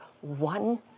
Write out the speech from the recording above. one